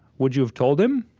would you have told him?